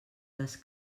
des